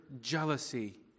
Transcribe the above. jealousy